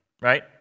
right